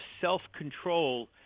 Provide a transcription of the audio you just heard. self-control